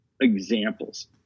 examples